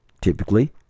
typically